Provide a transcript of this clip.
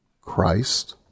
Christ